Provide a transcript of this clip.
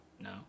No